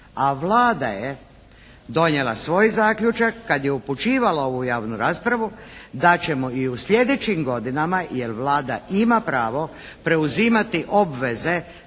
a Vlada je donijela svoj zaključak kad je upućivala ovu javnu raspravu da ćemo i u slijedećim godinama, jer Vlada ima pravo preuzimati obveze